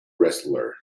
wrestler